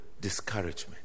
discouragement